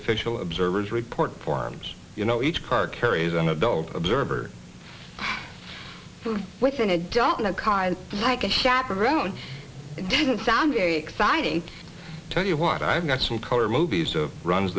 official observers report forms you know each car carries an adult observer from within a job in a car like a chaperone it doesn't sound very exciting tell you what i've got some color movies of runs